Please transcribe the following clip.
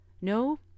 No